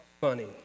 funny